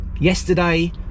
yesterday